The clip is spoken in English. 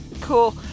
cool